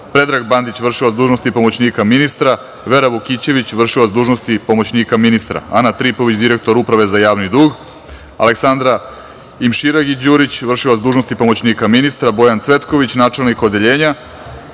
Predrag Bandić, vršilac dužnosti pomoćnika ministra, Vera Vukićević, vršilac dužnosti pomoćnika ministra, Ana Tripović, direktor Uprave za javni dug, Aleksandra Imširagić Đurić, vršilac dužnosti pomoćnika ministra, Bojan Cvetković, načelnik odeljenja,